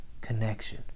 connection